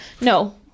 no